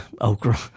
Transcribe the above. Okra